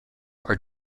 are